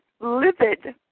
livid